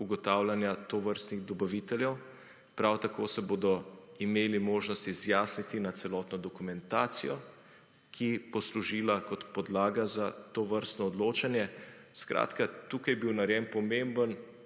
ugotavljanja tovrstnih dobaviteljev. Prav tako se bodo imeli možnosti izjasniti na celotno dokumentacijo, ki bo služila kot podlaga za tovrstno odločanje. Skratka, tukaj je bil narejen pomemben